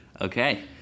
Okay